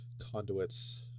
conduits